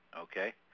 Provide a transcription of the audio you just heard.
okay